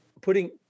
putting